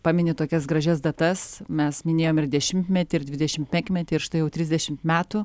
pamini tokias gražias datas mes minėjom ir dešimtmetį ir dvidešimt penkmetį ir štai jau trisdešimt metų